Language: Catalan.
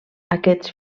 aquests